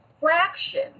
fraction